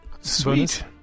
Sweet